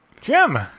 jim